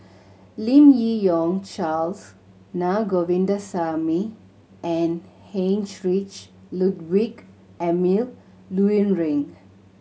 Lim Yi Yong Charles Na Govindasamy and Heinrich Ludwig Emil Luering